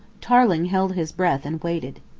tarling held his breath and waited.